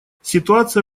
ситуация